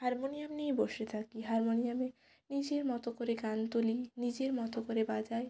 harmonium নিয়ে বসে থাকি হারমোনিয়ামে নিজের মতো করে গান তুলি নিজের মতো করে বাজাই